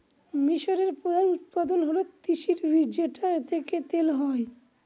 মিশরের প্রধান উৎপাদন হল তিসির বীজ যেটা থেকে তেল হয়